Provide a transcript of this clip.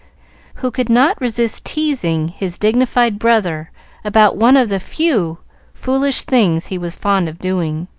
who could not resist teasing his dignified brother about one of the few foolish things he was fond of doing.